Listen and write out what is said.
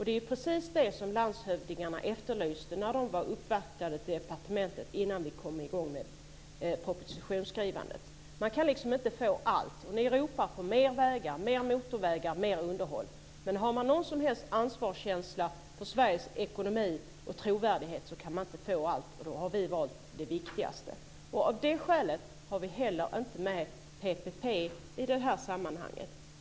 Det var precis det som landshövdingarna efterlyste när de uppvaktade departementet innan vi kom i gång med propositionsskrivandet. Man kan inte få allt. Ni ropar på mer vägar, mer motorvägar och mer underhåll. Men har man någon som helst ansvarskänsla för Sveriges ekonomi och trovärdighet kan man inte få allt, och då har vi valt det viktigaste. Av det skälet har vi inte heller med PPP i det här sammanhanget.